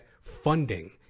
funding